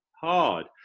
hard